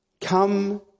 Come